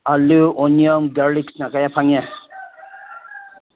ꯑꯥꯜꯂꯨ ꯑꯣꯅꯤꯌꯣꯟ ꯒꯥꯔꯂꯤꯛꯁꯅ ꯀꯌꯥ ꯐꯪꯉꯦ